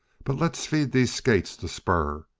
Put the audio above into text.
but let's feed these skates the spur!